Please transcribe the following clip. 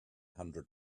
hundred